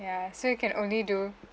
ya so you can only do